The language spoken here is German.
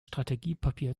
strategiepapier